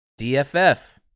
DFF